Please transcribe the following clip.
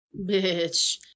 Bitch